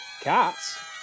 Cats